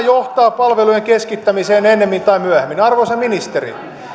johtaa palvelujen keskittämiseen ennemmin tai myöhemmin arvoisa ministeri